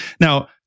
Now